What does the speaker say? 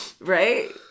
right